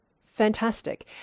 fantastic